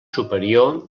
superior